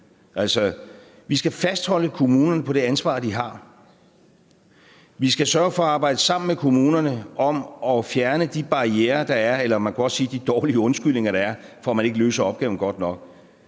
Vi skal fastholde kommunerne på det ansvar, de har. Vi skal sørge for at arbejde sammen med kommunerne om at fjerne de barrierer, der er – eller man kunne også sige de dårlige undskyldninger, der er – for, at man ikke løser opgaven godt nok.